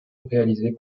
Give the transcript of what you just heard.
réalisé